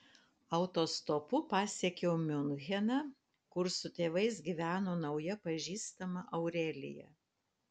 autostopu pasiekiau miuncheną kur su tėvais gyveno nauja pažįstama aurelija